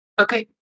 Okay